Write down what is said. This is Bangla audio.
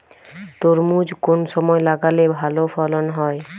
তরমুজ কোন সময় লাগালে ভালো ফলন হয়?